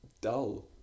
dull